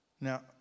Now